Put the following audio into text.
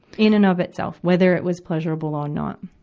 in and of itself, whether it was pleasurable or not.